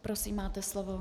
Prosím, máte slovo.